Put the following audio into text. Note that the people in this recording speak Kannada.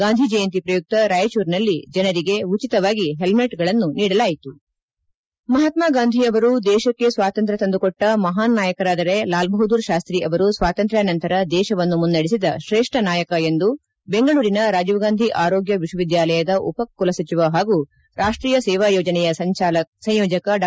ಗಾಂಧಿ ಜಯಂತಿ ಪ್ರಯುಕ್ತ ರಾಯಚೂರಿನಲ್ಲಿ ಜನರಿಗೆ ಉಚಿತವಾಗಿ ಹೆಲ್ಮೆಟ್ಗಳನ್ನು ನೀಡಲಾಯಿತು ಮಹಾತ್ಲಾ ಗಾಂಧಿ ಅವರು ದೇಶಕ್ಕೆ ಸ್ವಾತಂತ್ರ ತಂದುಕೊಟ್ಲ ಮಹಾನ್ ನಾಯಕರಾದರೆ ಲಾಲ್ ಬಹಾದ್ದೊರ್ ಶಾಸ್ತಿ ಅವರು ಸ್ನಾತಂತ್ರಾನಂತರ ದೇಶವನ್ನು ಮುನ್ನಡೆಸಿದ ಶ್ರೇಷ್ಠ ನಾಯಕ ಎಂದು ಬೆಂಗಳೂರಿನ ರಾಜೀವ್ ಗಾಂಧಿ ಆರೋಗ್ಯ ವಿಶ್ವವಿದ್ಯಾಲಯದ ಉಪ ಕುಲಸಚಿವ ಹಾಗೂ ರಾಷ್ಟೀಯ ಸೇವಾ ಯೋಜನೆಯ ಸಂಯೋಜಕ ಡಾ